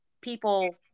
people